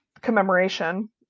commemoration